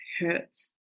hurts